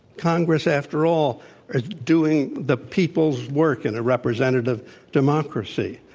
congress after all is doing the people's work in a representative democracy.